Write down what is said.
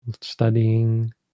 studying